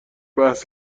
بحث